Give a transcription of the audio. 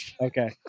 okay